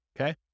Okay